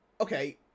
Okay